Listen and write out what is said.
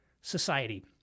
society